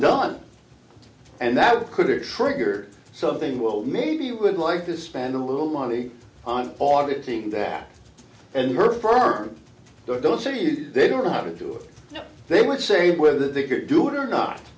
done and that could it trigger something well maybe you would like to spend a little money on augustine that and her firm but don't say it they don't know how to do it they would say whether they could do it or not